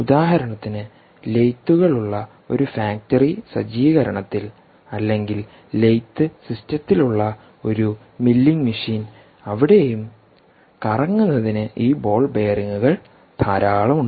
ഉദാഹരണത്തിന് ലെയ്ത്തുകൾ ഉള്ള ഒരു ഫാക്ടറി സജ്ജീകരണത്തിൽ അല്ലെങ്കിൽ ലെയ്ത്ത് സിസ്റ്റത്തിലുള്ള ഒരു മില്ലിംഗ് മെഷീൻ അവിടെയും കറങ്ങുന്നതിന് ഈ ബോൾ ബെയറിംഗുകൾ ധാരാളം ഉണ്ട്